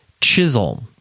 Chisel